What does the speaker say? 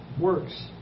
works